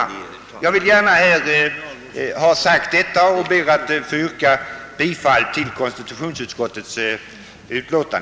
Jag har velat framhålla detta och ber att få yrka bifall till utskottets hemställan.